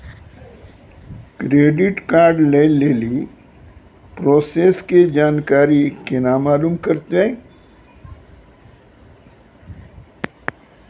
Credit card लय लेली process के जानकारी केना मालूम करबै?